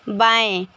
बाएं